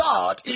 God